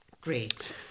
Great